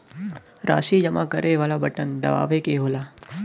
राशी जमा करे वाला बटन दबावे क होला